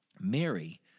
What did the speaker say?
Mary